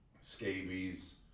Scabies